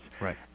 right